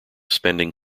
spending